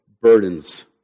burdens